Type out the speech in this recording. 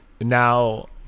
now